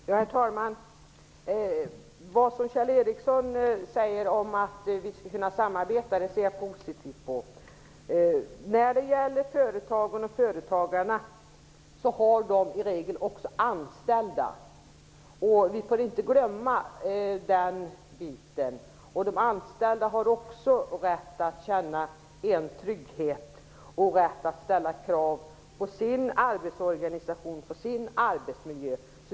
Herr talman! Jag ser positivt på att Kjell Ericsson säger att vi skall kunna samarbeta. Företagen och företagarna har i regel också anställda. Vi får inte glömma det. De anställda har också rätt att känna trygghet och rätt att ställa krav på sin arbetsorganisation och på sin arbetsmiljö.